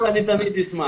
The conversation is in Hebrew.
הרי יש לנו תווית על המצח.